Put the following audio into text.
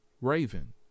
Raven